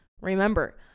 remember